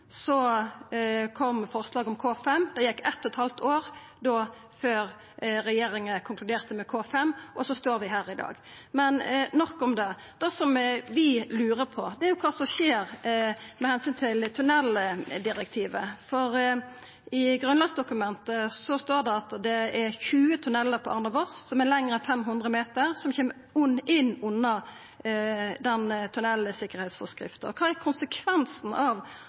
kom forslaget om K5. Det gjekk eitt og eit halvt år før regjeringa konkluderte med K5, og så står vi her i dag. Men nok om det. Det vi lurer på, er kva som skjer med omsyn til tunneldirektivet, for i grunnlagsdokumentet står det at det er 20 tunnelar mellom Arna og Voss som er lengre enn 500 meter, som kjem inn under tunnelsikkerheitsforskrifta. Kva er konsekvensen av